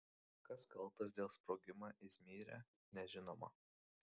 kas kaltas dėl sprogimą izmyre nežinoma